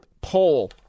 poll